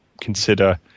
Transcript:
consider